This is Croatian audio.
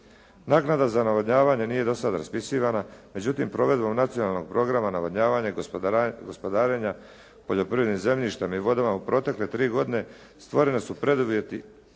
Naknada za navodnjavanje nije do sada raspisivana, međutim provedbom nacionalnog programa navodnjavanja i gospodarenja poljoprivrednim zemljištem i vodama u protekle tri godine, stvoreni su preduvjeti